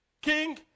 king